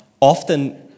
Often